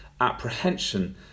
apprehension